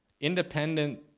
independent